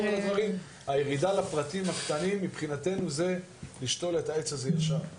הירידה לפרטים הקטנים מבחינתנו זה לשתול את העץ הזה ישר,